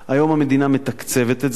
היום המדינה מתקצבת את זה,